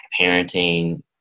parenting